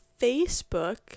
Facebook